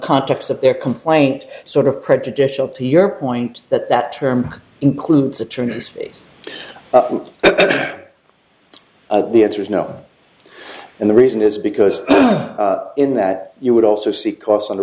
context of their complaint sort of prejudicial to your point that that term includes attorneys fees the answer is no and the reason is because in that you would also see costs on the